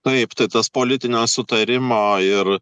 taip tai tas politinio sutarimo ir